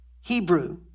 Hebrew